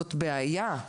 זאת בעיה.